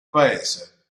paese